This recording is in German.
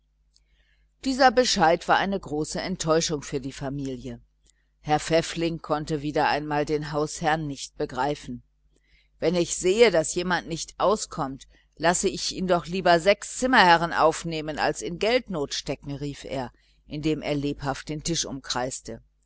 dieser bescheid war eine große enttäuschung für die familie herr pfäffling konnte wieder einmal den hausherrn nicht begreifen wenn ich sehe daß jemand nicht auskommt lasse ich ihn doch lieber sechs zimmerherrn nehmen als in geldnot stecken rief er indem er lebhaft den tisch umkreiste